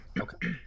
Okay